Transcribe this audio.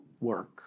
work